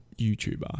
YouTuber